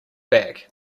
back